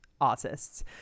artists